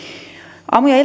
aamu ja